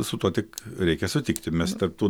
su tuo tik reikia sutikti mes tarp tų